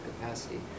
capacity